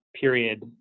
period